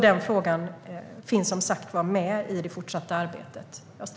Den frågan finns som sagt med i det fortsatta arbetet.